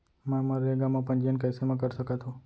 मैं मनरेगा म पंजीयन कैसे म कर सकत हो?